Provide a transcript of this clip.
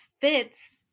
fits